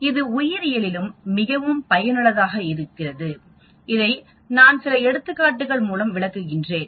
இது உயிரியலிலும் மிகவும் பயனுள்ளதாக இருக்கிறது இதை நான் சில எடுத்துக்காட்டுகள் மூலம் விளக்குகிறேன்